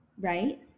right